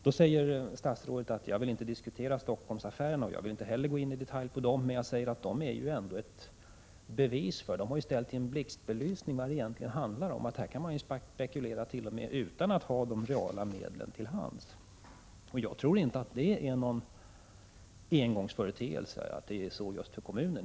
Statsrådet säger att han inte vill diskutera Stockholmsaffärerna, och inte heller jag vill gå in i detalj på dem, men de har ändå ställt den här frågan i blixtbelysning och visar vad det egentligen handlar om: man kan spekulera t.o.m. utan att ha de reala medlen till hands. Jag tror inte att just detta förhållande i Stockholms kommun är någon engångsföreteelse.